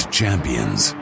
champions